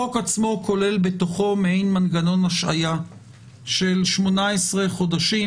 החוק עצמו כולל בתוכו מעין מנגנון השהיה של 18 חודשים,